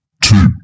two